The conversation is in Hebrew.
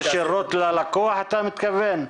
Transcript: איכות השירות ללקוח אתה מתכוון?